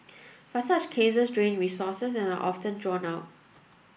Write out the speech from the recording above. but such cases drain resources and are often drawn out